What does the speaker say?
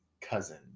cousin